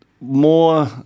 more